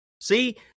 See